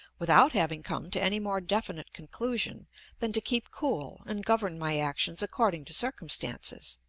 without having come to any more definite conclusion than to keep cool and govern my actions according to circumstances.